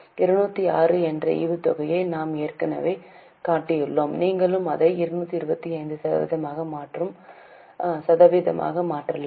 216 என்ற ஈவுத்தொகையை நாம் ஏற்கனவே காட்டியுள்ளோம் நீங்கள் அதை 225 சதவீதமாக மாற்றும் சதவீதமாக மாற்றலாம்